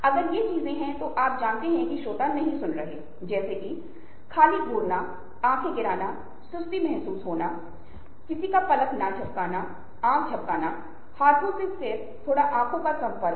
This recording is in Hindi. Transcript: आप यह भी पता लगा सकते हैं कि लोग इस विशेष क्षेत्र की जांच क्यों करते हैं सामाजिक नेटवर्किंग में अनुसंधान का पता लगाना और विभिन्न संदर्भों में इसका महत्व कैसे हो सकता है